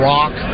Rock